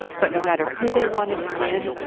but no matter who they wanted to win,